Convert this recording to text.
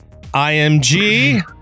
IMG